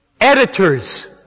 Editors